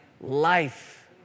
Life